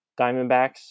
Diamondbacks